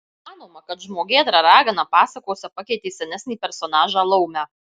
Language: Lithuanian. manoma kad žmogėdra ragana pasakose pakeitė senesnį personažą laumę